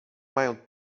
mają